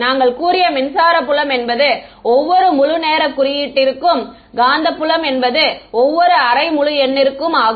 நாங்கள் கூறிய மின்சார புலம் என்பது ஒவ்வொரு முழு நேரக் குறியீட்டிற்கும் காந்தப்புலம் என்பது ஒவ்வொரு அரை முழு எண்ணிற்கும் ஆகும்